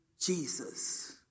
Jesus